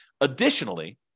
Additionally